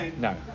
No